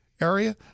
area